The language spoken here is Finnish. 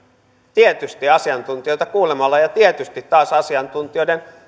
tietysti asiantuntijoita kuulemalla ja tietysti taas asiantuntijoiden